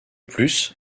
plus